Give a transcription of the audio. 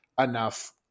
enough